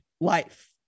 life